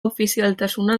ofizialtasuna